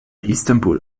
istanbul